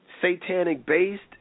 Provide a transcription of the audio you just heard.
satanic-based